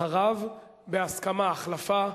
אחריו, בהסכמה-החלפה,